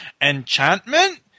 enchantment